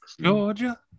Georgia